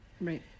Right